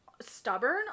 stubborn